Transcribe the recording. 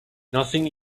nothing